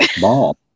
ball